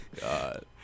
God